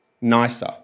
nicer